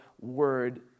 word